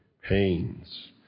pains